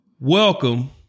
Welcome